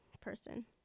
person